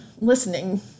listening